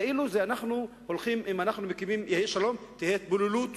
כאילו אם יהיה שלום תהיה התבוללות.